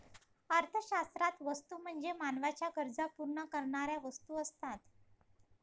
अर्थशास्त्रात वस्तू म्हणजे मानवाच्या गरजा पूर्ण करणाऱ्या वस्तू असतात